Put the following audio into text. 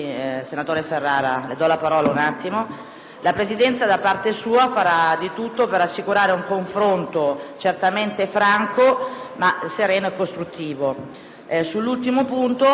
La Presidenza, da parte sua, farà di tutto per assicurare un confronto certamente franco, ma sereno e costruttivo. Sull'ultimo punto riferirò al presidente Schifani.